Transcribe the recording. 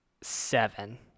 Seven